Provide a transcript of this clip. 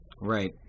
right